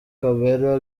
kabera